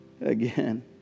again